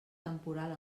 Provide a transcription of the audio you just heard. temporal